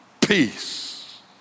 peace